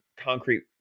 concrete